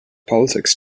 politics